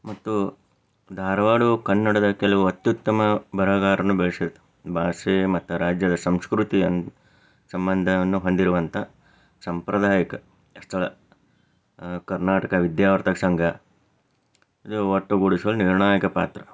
ಮತ್ತು ಧಾರವಾಡವು ಕನ್ನಡದ ಕೆಲವು ಅತ್ಯುತ್ತಮ ಬರಹಗಾರರನ್ನ ಬೆಳ್ಸಿದ ಭಾಷೆ ಮತ್ತು ರಾಜ್ಯದ ಸಂಸ್ಕೃತಿಯನ್ನು ಸಂಬಂಧವನ್ನು ಹೊಂದಿರುವಂಥ ಸಾಂಪ್ರದಾಯಿಕ ಸ್ಥಳ ಕರ್ನಾಟಕ ವಿದ್ಯಾವರ್ಧಕ ಸಂಘ ಇದು ಒಟ್ಟುಗೂಡಿಸುವಲ್ಲಿ ನಿರ್ಣಾಯಕ ಪಾತ್ರ